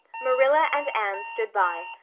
marilla and anne stood by,